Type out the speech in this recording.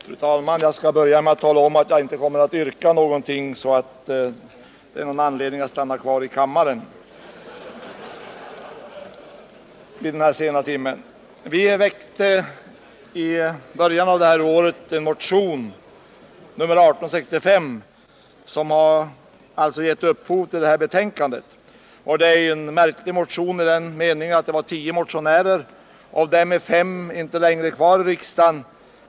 Fru talman! Jag skall börja med att tala om att jag inte kommer att yrka någonting, och därmed inte ge en anledning till att stanna kvar i kammaren vid den här sena timmen. I början av året väcktes den motion, 1978/79:1865, som har givit upphov till det nu föreliggande betänkandet. Det är en märklig motion i den meningen att av tio motionärer är fem inte längre riksdagsledamöter.